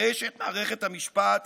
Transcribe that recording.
הרי שאת מערכת המשפט